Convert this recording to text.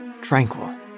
tranquil